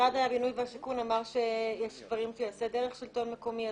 משרד הבינוי והשיכון אמר שיש דברים שהוא יעשה דרך השלטון המקומי.